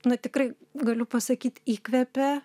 nu tikrai galiu pasakyt įkvėpė